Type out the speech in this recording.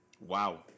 Wow